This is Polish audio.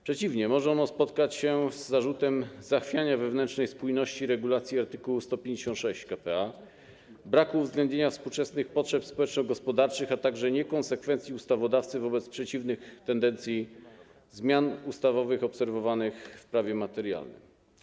Przeciwnie, może ono spotkać się z zarzutem zachwiania wewnętrznej spójności regulacji art. 156 k.p.a., braku uwzględnienia współczesnych potrzeb społeczno-gospodarczych, a także niekonsekwencji ustawodawcy wobec przeciwnych tendencji zmian ustawowych obserwowanych w prawie materialnym.